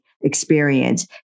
experience